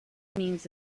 means